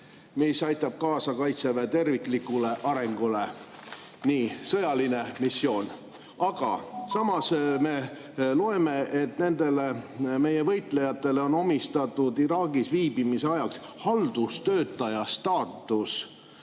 mis aitab kaasa Kaitseväe terviklikule arengule. Nii, sõjaline missioon. Aga samas me loeme, et nendele meie võitlejatele on omistatud Iraagis viibimise ajaks haldustöötaja staatus.